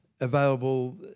Available